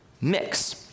mix